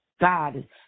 God